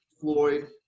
Floyd